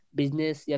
business